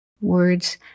words